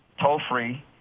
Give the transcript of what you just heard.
toll-free